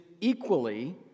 equally